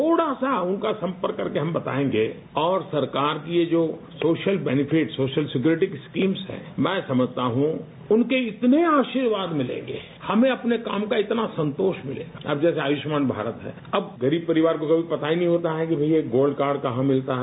थोड़ा सा उनका सम्पर्क करके हम बतायेंगे और सरकार की ये जो सोशल बेनीफिट सिक्योरिटी स्कीम है मैं समझता हूं कि उनके इतने आशीर्वाद लेने में हमें अपने काम का इतना संतोष मिलेगा अब जैसे आयुष्मान भारत है अब गरीब परिवार को कभी पता ही नहीं होता है कि यह गोल्ड कार्ड कहां मिलता है